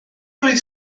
oedd